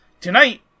Tonight